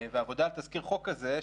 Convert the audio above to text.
ועבודה על תזכיר חוק כזה,